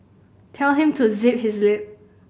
tell him to zip his lip